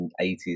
80s